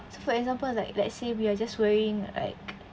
so for example like let's say we are just worrying like